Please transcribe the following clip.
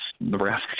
Nebraska